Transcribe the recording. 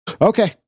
okay